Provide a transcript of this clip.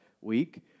week